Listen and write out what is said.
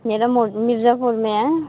मेरा मो मिर्जापुर में है